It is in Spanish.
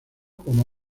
como